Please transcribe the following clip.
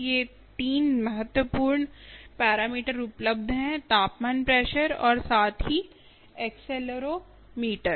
ये 3 महत्वपूर्ण पैरामीटर उपलब्ध हैं तापमान प्रेशर और साथ ही एक्सेलेरोमीटर